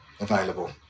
available